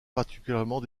particulièrement